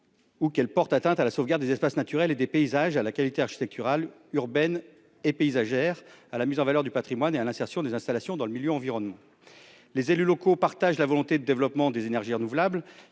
ou qu'elles portent atteinte à la sauvegarde des espaces naturels et des paysages, à la qualité architecturale, urbaine et paysagère, à la mise en valeur du patrimoine et à l'insertion des installations dans le milieu environnant. » Les élus locaux partagent la volonté de développement des énergies renouvelables,